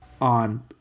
on